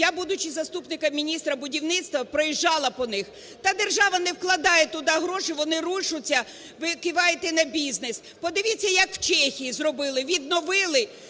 Я, будучи заступником міністра будівництва, проїжджала по них. Та держава не вкладає туди гроші, вони рушаться, ви киваєте на бізнес. Подивіться як в Чехії зробили, відновили,